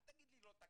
אל תגיד לי לא תקין.